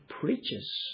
preaches